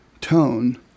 tone